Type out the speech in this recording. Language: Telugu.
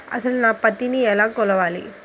అసలు నా పత్తిని ఎలా కొలవాలి?